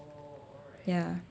ya